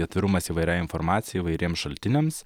atvirumas įvairiai informacijai įvairiems šaltiniams